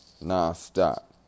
non-stop